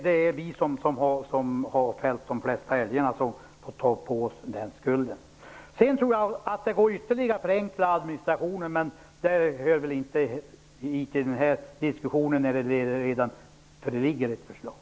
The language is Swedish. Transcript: Det är vi som har fällt de flesta älgarna som får ta på oss den skulden. Jag tror att det går att förenkla administrationen ytterligare. Men det hör inte till den här diskussionen, eftersom det redan föreligger ett förslag.